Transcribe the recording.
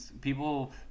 people